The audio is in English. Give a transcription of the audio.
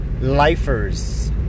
Lifers